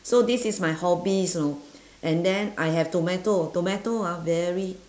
so this is my hobbies know and then I have tomato tomato ah very